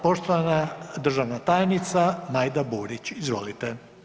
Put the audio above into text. Poštovani državna tajnica Majda Burić, izvolite.